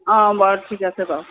অ বয়স ঠিক আছে বাৰু